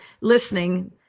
listening